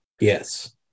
Yes